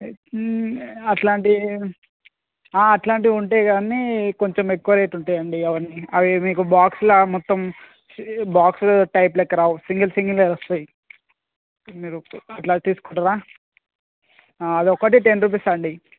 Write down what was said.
అట్లాంటి అట్లాంటివి ఉంటాయి కానీ కొంచెం ఎక్కువ రేటు ఉంటాయి అండి అవన్నీ అవి మీకు బాక్స్లో మొత్తం బాక్స్ టైప్ లెక్క రావు సింగిల్ సింగిల్గా వస్తాయి మీరు ఇట్లా తీసుకుంటారా అది ఒక్కటే టెన్ రూపీస్ అండి